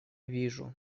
вижу